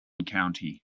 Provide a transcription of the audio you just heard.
county